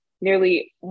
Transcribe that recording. nearly